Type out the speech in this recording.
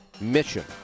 Mission